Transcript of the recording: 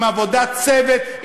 עם עבודת צוות,